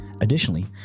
Additionally